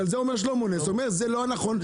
ועל זה אומר שלמה נס זה לא נכון,